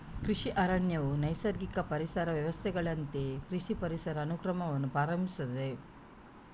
ಕೃಷಿ ಅರಣ್ಯವು ನೈಸರ್ಗಿಕ ಪರಿಸರ ವ್ಯವಸ್ಥೆಗಳಂತೆಯೇ ಕೃಷಿ ಪರಿಸರ ಅನುಕ್ರಮವನ್ನು ಪ್ರಾರಂಭಿಸುತ್ತದೆ